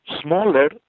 smaller